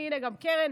הינה, גם קרן.